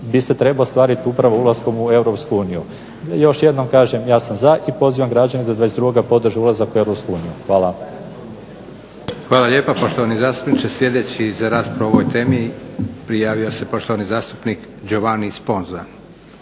bi se trebao ostvariti upravo ulaskom u Europsku uniju. Još jednom kažem ja sam za i pozivam građane da 22. podrže ulazak u Europsku uniju. Hvala. **Leko, Josip (SDP)** Hvala lijepo poštovani zastupniče. Sljedeći za raspravu o ovoj temi prijavio se poštovani zastupnik Giovanni Sponza.